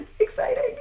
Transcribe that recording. exciting